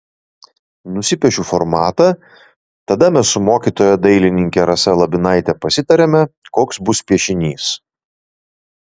nusipiešiu formatą tada mes su mokytoja dailininke rasa labinaite pasitariame koks bus piešinys